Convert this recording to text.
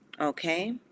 okay